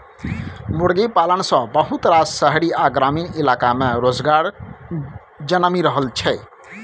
मुर्गी पालन सँ बहुत रास शहरी आ ग्रामीण इलाका में रोजगार जनमि रहल छै